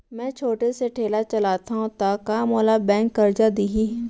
मैं छोटे से ठेला चलाथव त का मोला बैंक करजा दिही?